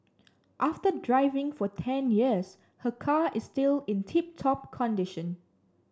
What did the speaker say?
after driving for ten years her car is still in tip top condition